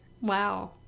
Wow